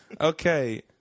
Okay